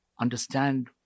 understand